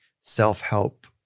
self-help